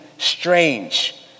Strange